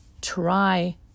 try